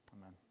Amen